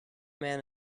man